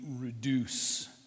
reduce